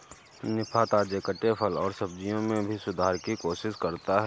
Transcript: निफा, ताजे कटे फल और सब्जियों में भी सुधार की कोशिश करता है